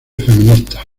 feministas